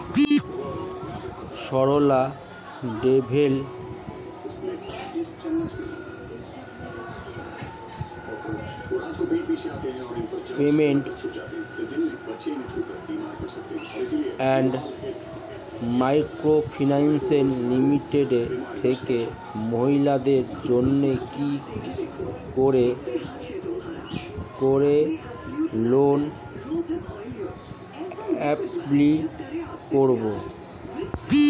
Sarala development and micro finance limited থেকে মহিলাদের জন্য কি করে লোন এপ্লাই করব?